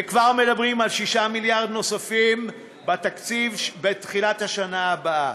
וכבר מדברים על 6 מיליארד נוספים בתקציב בתחילת השנה הבאה.